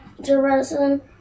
Jerusalem